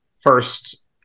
first